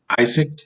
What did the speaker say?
Isaac